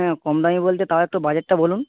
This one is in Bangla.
হ্যাঁ কমদামি বলতে তাও একটু বাজেটটা বলুন